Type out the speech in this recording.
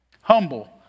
Humble